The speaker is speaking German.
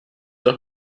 auch